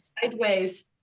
sideways